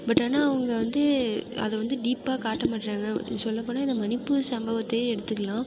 but ஆனால் அவங்க வந்து அது வந்து டீப்பாக காட்ட மாட்டுறாங்க சொல்ல போனா இந்த மணிப்பூர் சம்பவத்தையே எடுத்துக்கலாம்